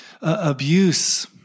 abuse